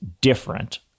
different